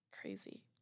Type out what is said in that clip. Crazy